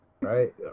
right